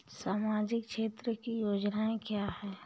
सामाजिक क्षेत्र की योजनाएँ क्या हैं?